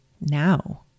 now